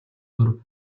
дүр